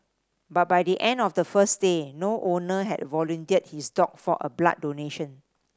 but by the end of the first day no owner had volunteered his dog for a blood donation